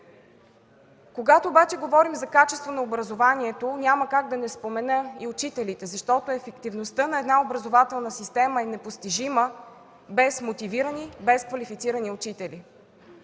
Когато обаче говорим за качество на образованието, няма как да не спомена и учителите, защото ефективността на една образователна система е непостижима без мотивирани, без квалифицирани учители.